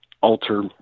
alter